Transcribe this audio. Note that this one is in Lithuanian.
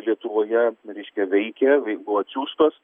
lietuvoje reiškia veikia buvo atsiųstos